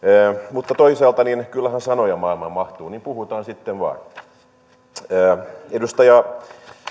mutta toisaalta kyllähän sanoja maailmaan mahtuu niin puhutaan sitten vain edustaja